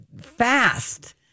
fast